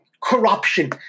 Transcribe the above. corruption